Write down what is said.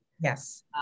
Yes